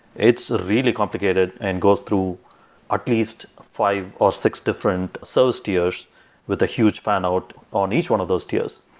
it's really complicated and goes through at least five or six different service so so tiers with a huge fan out on each one of those tiers.